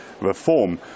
reform